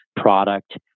product